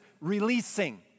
releasing